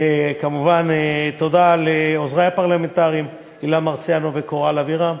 כמובן תודה לעוזרי הפרלמנטריים אילן מרסיאנו וקורל אבירם,